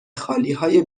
خالیهای